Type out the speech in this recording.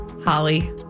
Holly